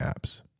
apps